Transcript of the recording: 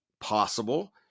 possible